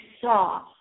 saw